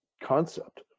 concept